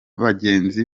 bagenzi